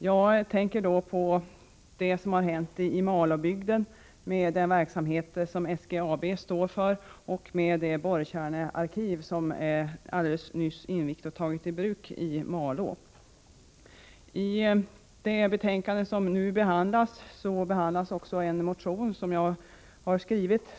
Jag tänker på vad som har hänt i Malåbygden med de verksamheter som SGAB står för samt det borrkärnearkiv som nyligen har invigts och tagits i bruk i Malå. I detta betänkande behandlas också en motion som jag har skrivit.